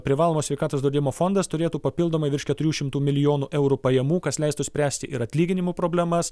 privalomas sveikatos draudimo fondas turėtų papildomai virš keturių šimtų milijonų eurų pajamų kas leistų spręsti ir atlyginimų problemas